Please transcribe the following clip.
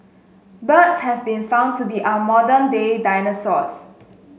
birds have been found to be our modern day dinosaurs